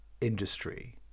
industry